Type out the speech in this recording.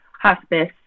hospice